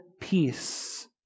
peace